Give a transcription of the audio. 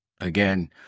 Again